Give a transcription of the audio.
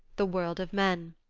the world of men.